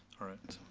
alright.